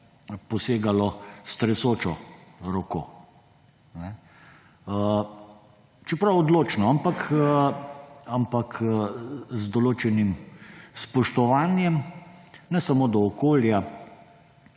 posegalo s tresočo roko. Čeprav odločno, ampak z določenim spoštovanjem ne samo do okolja,